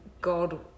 god